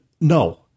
No